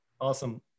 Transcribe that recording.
Awesome